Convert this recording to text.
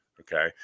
Okay